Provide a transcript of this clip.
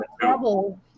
trouble